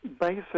basic